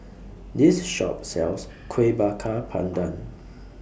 This Shop sells Kueh Bakar Pandan